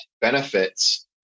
benefits